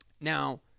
Now